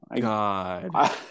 God